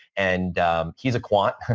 and he's a quant.